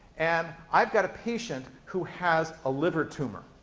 and i've got a patient who has a liver tumor,